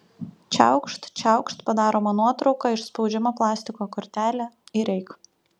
čiaukšt čiaukšt padaroma nuotrauka išspaudžiama plastiko kortelė ir eik